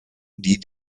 die